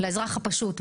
לאזרח הפשוט?